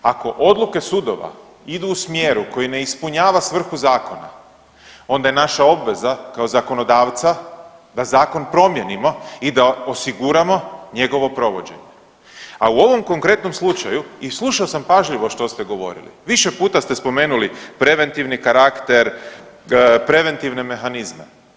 Ako odluke sudova idu u smjeru koji ne ispunjava svrhu zakona, onda je naša obveza kao zakonodavca da zakon promijenimo i da osiguramo njegovo provođenje, a u ovom konkretnom slučaju i slušao sam pažljivo što ste govorili, više puta ste spomenuli preventivni karakter, preventivne mehanizme.